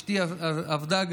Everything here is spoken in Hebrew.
אבל אשתי גם עבדה.